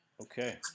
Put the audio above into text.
Okay